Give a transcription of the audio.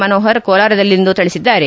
ಮನೋಹರ್ ಕೋಲಾರದಲ್ಲಿಂದು ತಿಳಿಸಿದ್ದಾರೆ